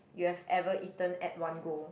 you have ever eaten at one go